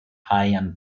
heian